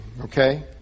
okay